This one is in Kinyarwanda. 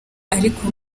ariko